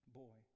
boy